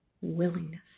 willingness